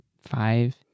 Five